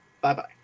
bye-bye